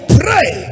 pray